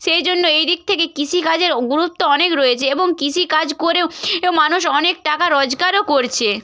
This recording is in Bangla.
সেই জন্য এই দিক থেকে কৃষিকাজের গুরুত্ব অনেক রয়েছে এবং কৃষিকাজ করেও এও মানুষ অনেক টাকা রোজগারও করছে